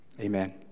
Amen